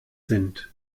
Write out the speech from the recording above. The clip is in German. sind